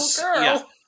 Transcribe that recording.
girl